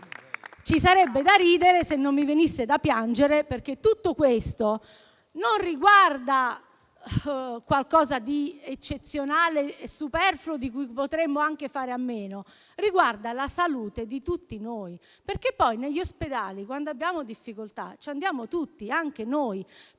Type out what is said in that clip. Ci sarebbe da ridere, se non mi venisse da piangere, perché tutto questo non riguarda qualcosa di eccezionale e superfluo, di cui potremmo anche fare a meno, ma riguarda la salute di tutti noi. Infatti, negli ospedali, quando abbiamo difficoltà, ci andiamo tutti, anche noi.